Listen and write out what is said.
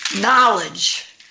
Knowledge